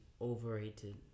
overrated